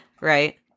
right